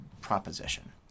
proposition